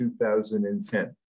2010